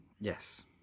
yes